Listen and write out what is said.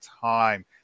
time